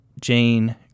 Jane